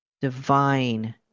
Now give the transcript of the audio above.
divine